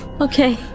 Okay